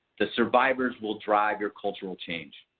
the survivors will drive your cultural change.